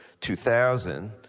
2000